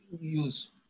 use